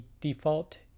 default